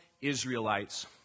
Israelites